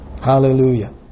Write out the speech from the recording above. Hallelujah